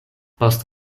post